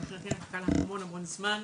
לקח המון המון זמן.